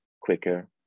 quicker